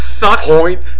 point